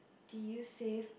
did you save